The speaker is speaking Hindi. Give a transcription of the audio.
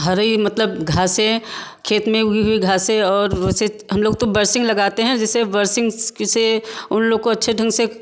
हरी मतलब घासें खेत में उगी हुई घासें और हम लोग तो बरसिंग लगते हैं जिससे बरसिंग से उन लोग को अच्छे ढंग से